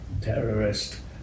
terrorist